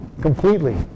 completely